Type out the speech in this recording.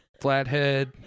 flathead